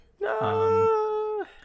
No